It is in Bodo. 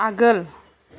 आगोल